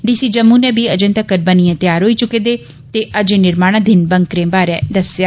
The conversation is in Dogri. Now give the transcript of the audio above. डी सी जम्मू नै बी अजें तकर बनियै त्यार होई च्के दे ते अजें निर्माणधीन बंकरें बारै दस्सेया